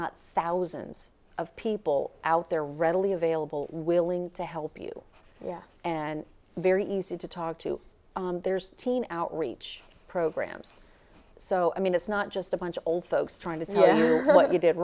not thousands of people out there readily available willing to help you yeah and very easy to talk to there's teen outreach programs so i mean it's not just a bunch of old folks t